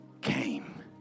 came